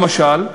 למשל,